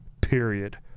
period